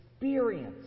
experience